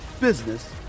business